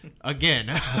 again